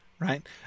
Right